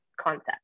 concept